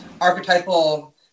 archetypal